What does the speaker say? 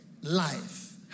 life